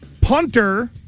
punter